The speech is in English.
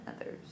others